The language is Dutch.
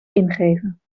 ingeven